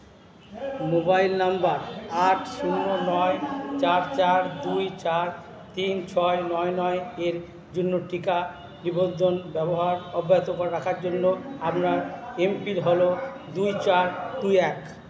mobile নম্বর আট শূন্য নয় চার চার দুই চার তিন ছয় নয় নয় এর জন্য টিকা নিবন্ধন ব্যবহার অব্যাহত করে রাখার জন্য আপনার এম পিন হলো দুই চার দুই এক